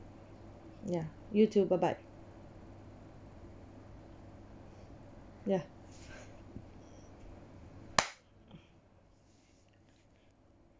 ya you too bye bye ya